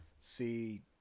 see